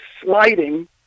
sliding